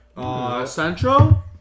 Central